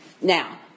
Now